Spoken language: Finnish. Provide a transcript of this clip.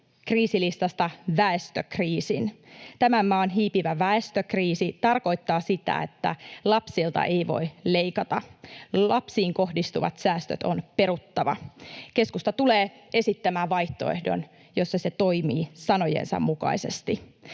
kriisilistasta väestökriisin. Tämän maan hiipivä väestökriisi tarkoittaa sitä, että lapsilta ei voi leikata, lapsiin kohdistuvat säästöt on peruttava. Keskusta tulee esittämään vaihtoehdon, jossa se toimii sanojensa mukaisesti.